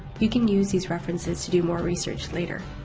you can use these references to do more research later.